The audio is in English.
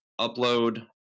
upload